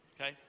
okay